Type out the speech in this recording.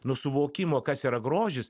nu suvokimo kas yra grožis